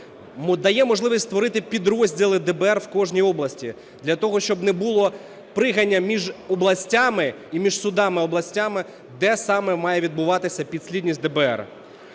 дає можливість створити підрозділи ДБР в кожній області для того, щоб не було пригання між областями і між судами областями, де саме має відбуватися підслідність ДБР.